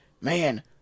Man